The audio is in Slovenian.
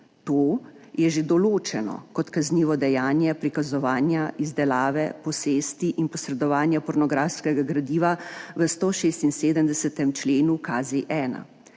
To je že določeno kot kaznivo dejanje prikazovanja, izdelave, posesti in posredovanja pornografskega gradiva v 176. členu KZ-1.